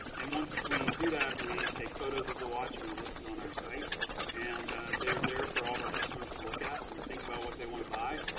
and once we do that we take photos of the watch and we list it on our site and they're there for all of our customers to look at and think about what they want to buy.